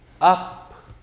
up